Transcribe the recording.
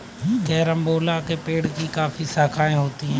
carambola के पेड़ की काफी शाखाएं होती है